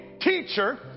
teacher